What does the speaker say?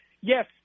yes